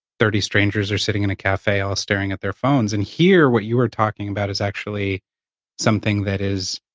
thirty strangers are sitting in a cafe, all staring at their phones. and here, what you are talking about is actually something that is,